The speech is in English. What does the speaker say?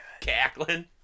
Cackling